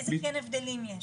איזה כן הבדלים יש?